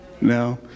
No